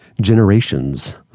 generations